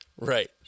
Right